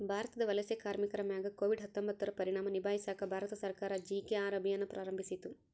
ಭಾರತದ ವಲಸೆ ಕಾರ್ಮಿಕರ ಮ್ಯಾಗ ಕೋವಿಡ್ ಹತ್ತೊಂಬತ್ತುರ ಪರಿಣಾಮ ನಿಭಾಯಿಸಾಕ ಭಾರತ ಸರ್ಕಾರ ಜಿ.ಕೆ.ಆರ್ ಅಭಿಯಾನ್ ಪ್ರಾರಂಭಿಸಿತು